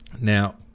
Now